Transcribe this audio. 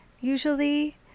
usually